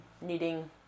needing